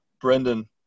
Brendan